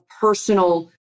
personal